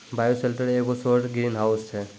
bioshelter एगो सौर greenhouse छै